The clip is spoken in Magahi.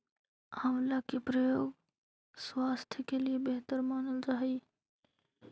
आंवला के प्रयोग स्वास्थ्य के लिए बेहतर मानल जा हइ